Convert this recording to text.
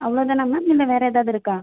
அவ்வளோதானா மேம் இல்லை வேறு ஏதாவது இருக்கா